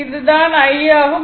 இது தான் I ஆகும்